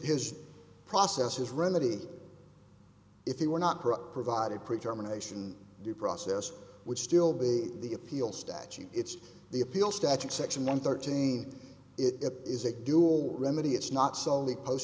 his process his remedy if he were not provided pre term anation due process would still be the appeal statute it's the appeal statute section one thirteen it is a dual remedy it's not solely post